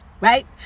right